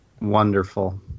Wonderful